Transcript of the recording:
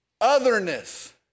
otherness